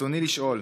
רצוני לשאול: